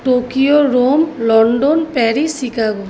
Tokyo Rome London Paris Chicago